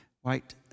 white